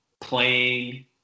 playing